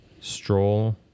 Stroll